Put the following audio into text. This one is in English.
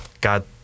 God